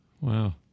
wow